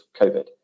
COVID